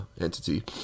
entity